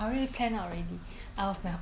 then I can go I hope